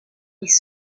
les